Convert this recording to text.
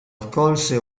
accolse